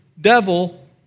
devil